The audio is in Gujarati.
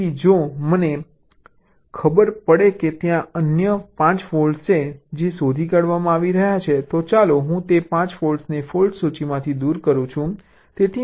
તેથી જો મને ખબર પડે કે ત્યાં અન્ય 5 ફૉલ્ટ્સ છે જે શોધી કાઢવામાં આવી રહ્યા છે તો ચાલો હું તે 5 ફૉલ્ટ્સને ફોલ્ટ સૂચિમાંથી દૂર કરું